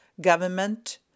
government